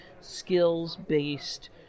skills-based